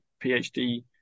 phd